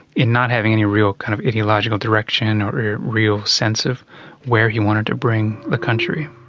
in not having any real kind of ideological direction or real sense of where he wanted to bring the country.